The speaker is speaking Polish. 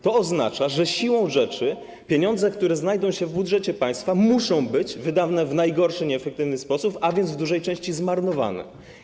To oznacza, że siłą rzeczy pieniądze, które znajdą się w budżecie państwa, muszą być wydane w najgorszy, nieefektywny sposób, a więc w dużej części będą to pieniądze zmarnowane.